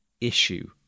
issue